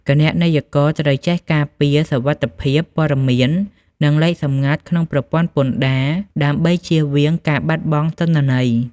គណនេយ្យករត្រូវចេះការពារសុវត្ថិភាពព័ត៌មាន និងលេខសម្ងាត់ក្នុងប្រព័ន្ធពន្ធដារ ដើម្បីចៀសវាងការបាត់បង់ទិន្នន័យ។